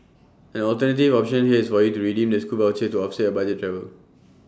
an alternative option here is for you to redeem the scoot voucher to offset your budget travel